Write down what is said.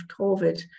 COVID